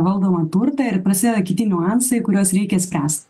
valdomą turtą ir prasideda kiti niuansai kuriuos reikia spręst